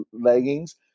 leggings